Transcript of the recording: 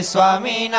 Swami